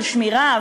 של שמירה,